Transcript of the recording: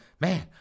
man